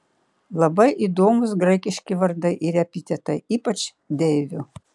labai įdomūs graikiški vardai ir epitetai ypač deivių